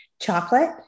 chocolate